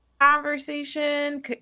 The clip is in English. conversation